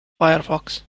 firefox